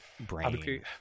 brain